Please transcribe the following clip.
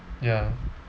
ya